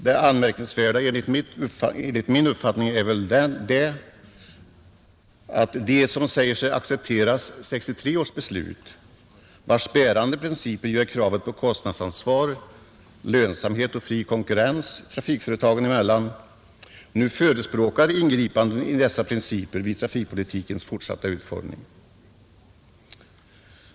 Det enligt min uppfattning anmärkningsvärda är att även de som säger sig acceptera 1963 års beslut — vars bärande principer ju är kravet på kostnadsansvar, lönsamhet och fri konkurrens trafikföretagen emellan — nu förespråkar ingripanden i dessa principer vid trafikpolitikens fortsatta utformning.